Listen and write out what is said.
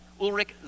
Ulrich